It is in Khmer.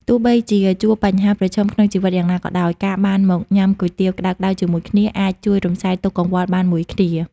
ទោះបីជាជួបបញ្ហាប្រឈមក្នុងជីវិតយ៉ាងណាក៏ដោយ ការបានមកញ៉ាំគុយទាវក្តៅៗជាមួយគ្នា អាចជួយរំសាយទុក្ខកង្វល់បានមួយគ្រា។